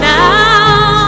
now